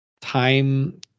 time